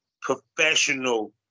professional